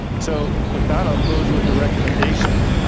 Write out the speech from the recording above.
so with that, i'll close with the recommendation.